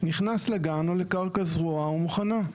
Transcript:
נכנס לגן, או לקרקע זרועה או מוכנה...".